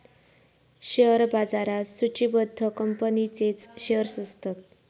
share बाजारात सुचिबद्ध कंपनींचेच शेअर्स असतत